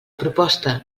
proposta